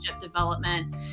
development